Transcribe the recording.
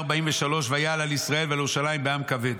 וארבעים ושלוש ויעל על ישראל ועל ירושלים בעם כבד.